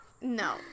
No